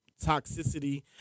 toxicity